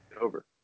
over